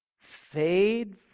Fade